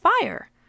fire